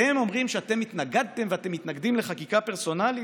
אתם אומרים שאתם התנגדתם ואתם מתנגדים לחקיקה פרסונלית?